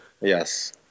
Yes